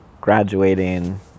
graduating